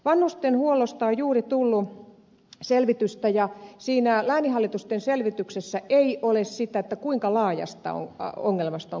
vanhustenhuollosta on juuri tullut selvitystä ja siinä lääninhallitusten selvityksessä ei ole sitä kuinka laajasta ongelmasta on kysymys